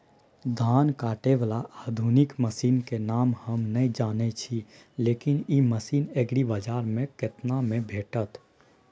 धान काटय बाला आधुनिक मसीन के नाम हम नय जानय छी, लेकिन इ मसीन एग्रीबाजार में केतना में भेटत?